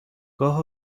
گاه